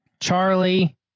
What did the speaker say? Charlie